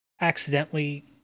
accidentally